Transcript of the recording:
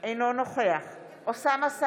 אינו נוכח אוסאמה סעדי,